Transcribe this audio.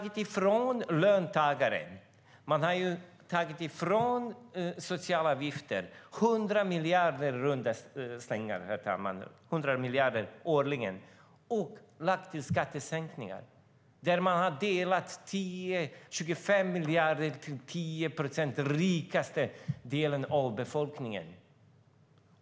I runda slängar har ni tagit 100 miljarder årligen från löntagare och sociala avgifter och lagt på skattesänkningar. Ni har delat ut 25 miljarder till de 10 procent som utgör den rikaste delen av befolkningen.